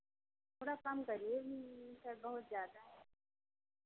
थोड़ा कम करिए सर बहुत ज़्यादा है